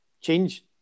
Change